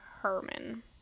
Herman